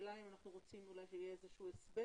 השאלה אם אנחנו רוצים שיהיה איזשהו הסבר.